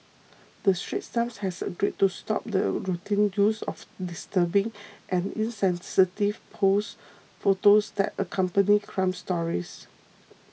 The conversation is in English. the Straits Times has agreed to stop the routine use of disturbing and insensitive pose photos that accompany crime stories